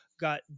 got